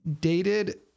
Dated